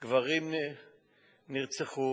גברים נרצחו